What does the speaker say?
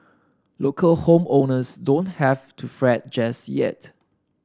local home owners don't have to fret just yet